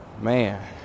Man